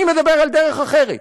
אני מדבר על דרך אחרת.